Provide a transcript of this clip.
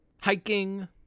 hiking